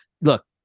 Look